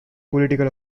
political